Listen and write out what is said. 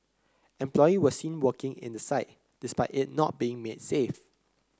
employees were seen working in the site despite it not being made safe